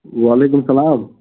وعلیکُم اسلام